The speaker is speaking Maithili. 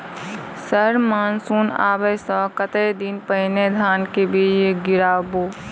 सर मानसून आबै सऽ कतेक दिन पहिने धान केँ बीज गिराबू?